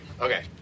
Okay